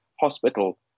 hospital